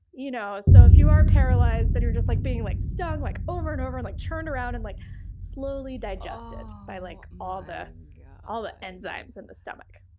you know so, if you are paralyzed then you're just like being like stung like over and over, and like churned around, and like slowly digested by like all the all the enzymes in the stomach.